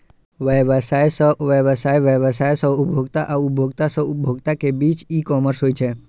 व्यवसाय सं व्यवसाय, व्यवसाय सं उपभोक्ता आ उपभोक्ता सं उपभोक्ता के बीच ई कॉमर्स होइ छै